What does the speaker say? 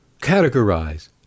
categorize